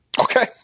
Okay